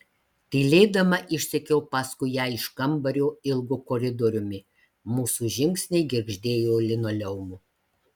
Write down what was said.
tylėdama išsekiau paskui ją iš kambario ilgu koridoriumi mūsų žingsniai girgždėjo linoleumu